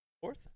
fourth